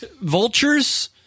vultures